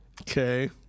okay